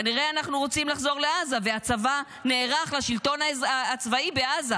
כנראה אנחנו רוצים לחזור לעזה והצבא נערך לשלטון הצבאי בעזה,